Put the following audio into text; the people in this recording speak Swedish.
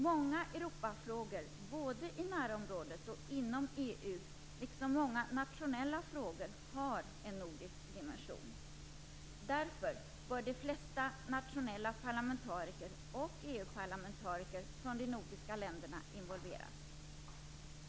Många Europafrågor, både i närområdet och inom EU, liksom många nationella frågor har en nordisk dimension. Därför bör de flesta nationella parlamentariker och EU-parlamentariker från de nordiska länderna involveras.